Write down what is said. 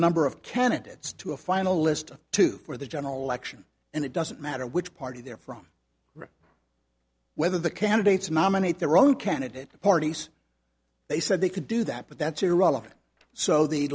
number of candidates to a final list of two for the general election and it doesn't matter which party they're from whether the candidates nominate their own candidate parties they said they could do that but that's